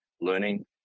learning